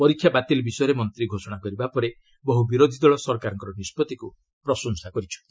ପରୀକ୍ଷା ବାତିଲ ବିଷୟରେ ମନ୍ତ୍ରୀ ଘୋଷଣା କରିବା ପରେ ବହୁ ବିରୋଧୀ ଦଳ ସରକାରଙ୍କ ନିଷ୍ପଭିକ୍ ପ୍ରଶଂସା କରିଚ୍ଛନ୍ତି